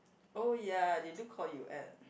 oh ya they do call you at